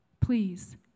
please